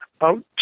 out